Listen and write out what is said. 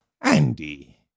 Andy